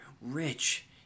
rich